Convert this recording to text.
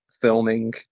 filming